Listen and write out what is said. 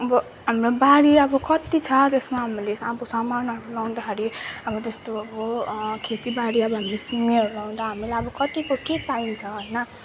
अब हाम्रो बारी अब कति छ त्यसमा हामीले अब सामानहरू लाउँदाखेरि अब त्यस्तो अब खेतीबारी अब हामीले सिमीहरू लाउँदा हामीलाई अब कत्तिको के चाहिन्छ होइन